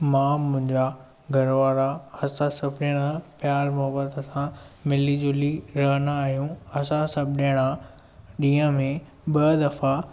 मां मुंहिंजा घरवारा असां सभई प्यारु मुहबतु सां मिली जुली रहंदा आहियूं असां सभु ॼणा ॾींहं में ॿ दफ़ा